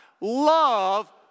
Love